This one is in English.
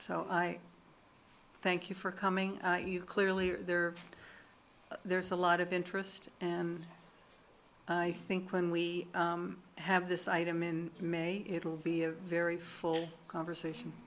so i thank you for coming you clearly there there's a lot of interest i think when we have this item in may it will be a very full conversation